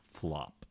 flop